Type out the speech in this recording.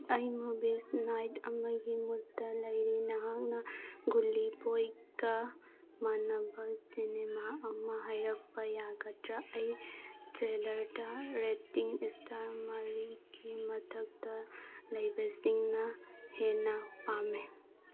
ꯑꯩ movies night ꯑꯃꯒꯤ ꯃꯨꯗꯇ ꯂꯩꯔꯤ ꯅꯍꯥꯛꯅ ꯒꯨꯂꯤ ꯕꯣꯏꯒ ꯃꯥꯟꯅꯕ ꯁꯤꯅꯦꯃꯥ ꯑꯃ ꯍꯥꯏꯔꯛꯄ ꯌꯥꯒꯗ꯭ꯔꯥ ꯑꯩ ꯇ꯭ꯔꯦꯂꯔꯗ ꯔꯦꯠꯇꯤꯡ ꯁ꯭ꯇꯥꯔ ꯃꯔꯤꯒꯤ ꯃꯊꯛꯇ ꯂꯩꯕꯁꯤꯡꯅ ꯍꯦꯟꯅ ꯄꯥꯝꯃꯤ